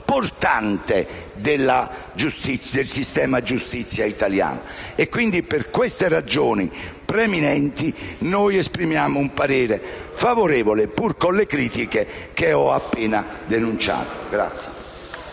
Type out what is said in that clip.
portante del sistema giustizia italiano. Quindi, per queste ragioni preminenti, esprimeremo un voto favorevole, pur con le critiche che ho appena denunciato.